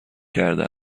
کرده